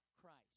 Christ